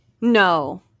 No